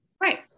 Right